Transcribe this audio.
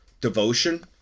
devotion